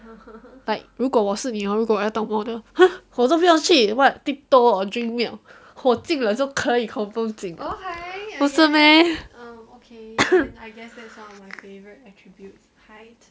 like 如果我是你如果我要当 model !huh! 我都不要去 what tiptoe or drink milk 我进了就可以 confirm 进了不是 meh